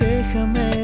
Déjame